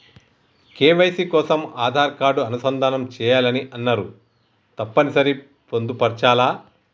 KYC కోసం Aadhaar card అనుసంధానం చేయాలని అన్నరు తప్పని సరి పొందుపరచాలా?